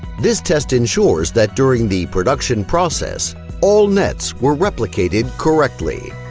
this test ensures that during the production process all nets were replicated correctly.